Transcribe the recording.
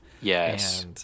Yes